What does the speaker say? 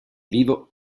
vivo